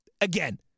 Again